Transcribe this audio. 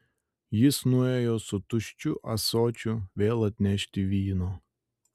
jis nuėjo su tuščiu ąsočiu vėl atnešti vyno